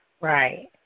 Right